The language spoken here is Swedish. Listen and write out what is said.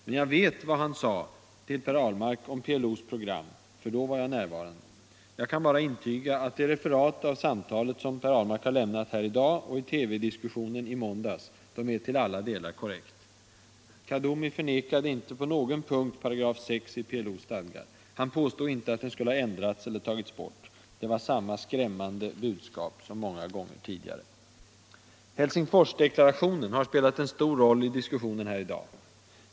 Men jag vet vad han sade till Per Ahlmark om PLO:s program, för då var jag närvarande. Jag kan bara intyga att det referat av samtalet, som Per Ahlmark har lämnat här i dag och i TV-diskussionen i måndags, är till alla delar korrekt. Kaddoumi förnekade inte på någon punkt §6 i PLO:s stadgar. Han påstod inte att den skulle ha ändrats eller tagits bort. Det var samma skrämmande budskap som så många gånger tidigare. Helsingforsdeklarationen har spelat en stor roll i diskussionen här i dag.